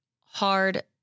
hard